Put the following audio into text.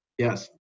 Yes